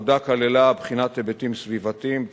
העבודה כללה בחינת היבטים סביבתיים,